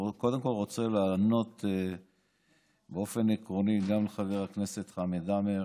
קודם כול אני רוצה לענות באופן עקרוני גם לחבר הכנסת חמד עמאר